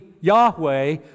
Yahweh